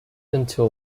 until